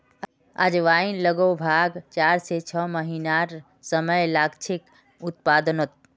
अजवाईन लग्ब्भाग चार से छः महिनार समय लागछे उत्पादनोत